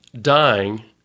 dying